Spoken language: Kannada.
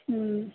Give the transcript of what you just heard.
ಹ್ಞೂ